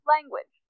Language